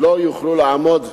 לא יוכלו לעמוד בתשלומים.